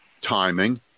timing